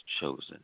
chosen